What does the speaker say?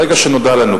ברגע שנודע לנו,